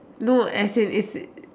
no as in it's